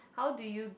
how do you